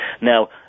Now